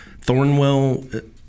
Thornwell